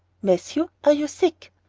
matthew, are you sick?